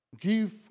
give